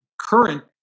current